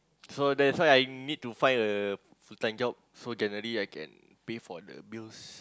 so that's why I need to find a full time job so January I can pay for the bills